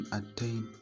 attain